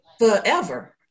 forever